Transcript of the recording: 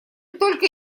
только